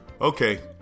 Okay